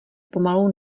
pomalu